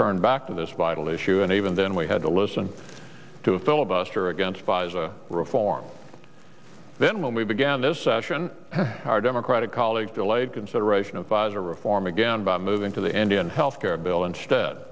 turned back to this vital issue and even then we had to listen to a filibuster against buys a reform then when we began this session are democratic colleagues delayed consideration of pfizer reform again by moving to the indian health care bill instead